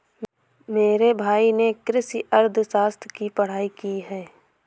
मेरे भाई ने कृषि अर्थशास्त्र की पढ़ाई की है